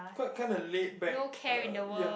quite kind of laid back uh ya